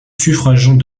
suffragants